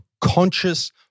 conscious